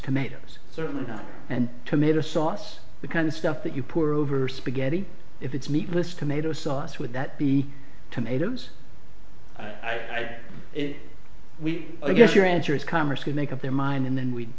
tomatoes certainly not and tomato sauce the kind of stuff that you poor over spaghetti if it's meatless tomato sauce would that be tomatoes if we i guess your answer is congress could make up their mind and then we